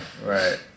Right